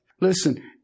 Listen